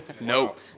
Nope